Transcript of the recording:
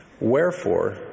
Wherefore